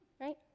right